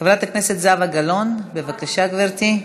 חברת הכנסת זהבה גלאון, בבקשה, גברתי.